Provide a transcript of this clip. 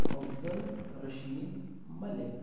Abdul Rashid Malik